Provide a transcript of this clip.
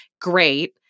Great